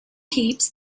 heaps